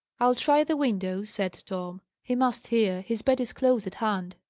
i'll try the window, said tom, he must hear his bed is close at hand.